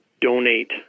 donate